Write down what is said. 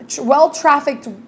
well-trafficked